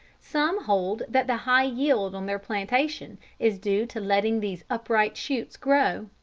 some hold that the high yield on their plantation is due to letting these upright shoots grow.